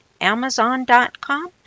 amazon.com